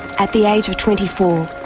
at the age of twenty four,